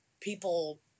people